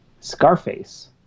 Scarface